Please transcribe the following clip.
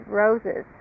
roses